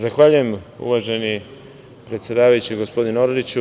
Zahvaljujem, uvaženi predsedavajući gospodine Orliću.